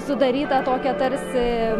sudaryta tokia tarsi